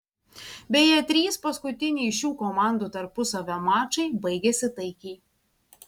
beje trys paskutiniai šių komandų tarpusavio mačai baigėsi taikiai